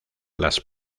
las